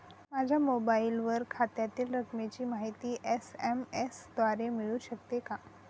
माझ्या मोबाईलवर खात्यातील रकमेची माहिती एस.एम.एस द्वारे मिळू शकते का?